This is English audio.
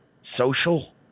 social